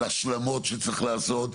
על השלמות שצריך להיעשות,